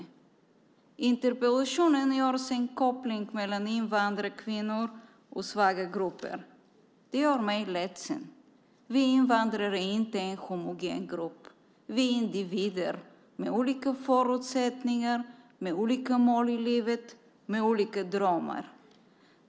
I interpellationen görs en koppling mellan invandrarkvinnor och svaga grupper. Det gör mig ledsen. Vi invandrare är inte en homogen grupp, utan vi är individer med olika förutsättningar, med olika mål i livet och med olika drömmar.